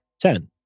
Ten